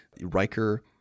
Riker